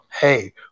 Hey